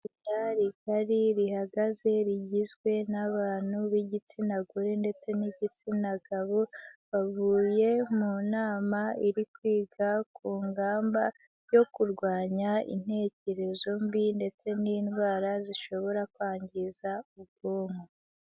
Itsinda rigari rihagaze rigizwe n'abantu b'igitsina gore ndetse n'igitsina gabo, bavuye mu nama iri kwiga ku ngamba yo kurwanya intekerezo mbi ndetse n'indwara zishobora kwangiza ubwonko.